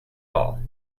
all